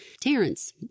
Terrence